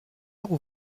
heure